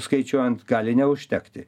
skaičiuojant gali neužtekti